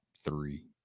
three